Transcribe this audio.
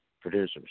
producers